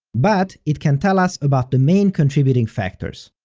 but, it can tell us about the main contributing factors.